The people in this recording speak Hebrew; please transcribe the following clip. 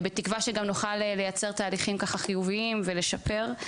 ובתקווה שגם נוכל לייצר ככה תהליכים חיוביים ולשפר,